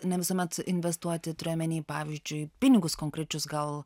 ne visuomet investuoti turi omeny pavyzdžiui pinigus konkrečius gal